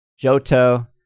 Johto